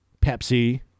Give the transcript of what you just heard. Pepsi